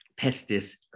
pestis